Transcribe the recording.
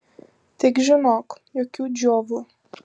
tik žinok jokių džiovų